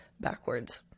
backwards